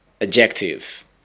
Adjective